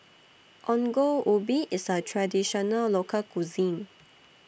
Ongol Ubi IS A Traditional Local Cuisine